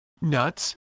nuts